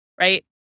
Right